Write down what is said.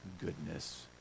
goodness